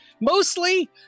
Mostly